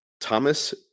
Thomas